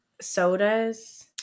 sodas